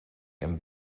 een